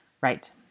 Right